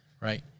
Right